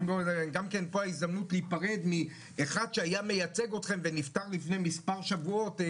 פה ההזדמנות להיפרד מאחד שהיה מייצג אתכם ונפטר לפני מספר שבועות.